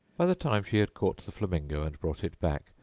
by the time she had caught the flamingo and brought it back,